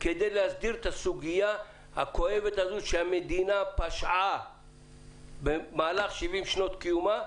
כדי להסדיר את הסוגיה הכואבת הזאת שהמדינה פשעה במהלך 70 שנות קיומה,